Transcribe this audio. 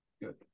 Good